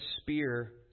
spear